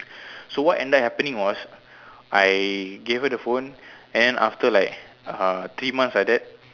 so what ended happening was I gave her the phone and then after like uh three months like that